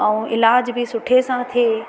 ऐं इलाज बि सुठे सां थिए